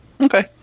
Okay